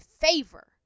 favor